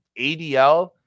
ADL